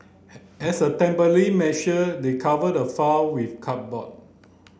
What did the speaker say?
as a temporary measure they covered the file with cardboard